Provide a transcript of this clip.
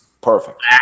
perfect